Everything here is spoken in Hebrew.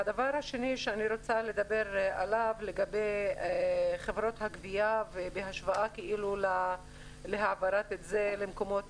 הנושא השני הוא חברות הגבייה בהשוואה להעברה של זה למקומות